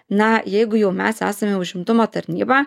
na jeigu jau mes esame užimtumo tarnyba